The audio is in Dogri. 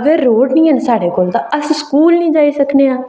अगर रोड़ निं हैन साढ़े कोल तां अस स्कूल निं जाई सकने आं